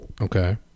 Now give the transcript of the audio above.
Okay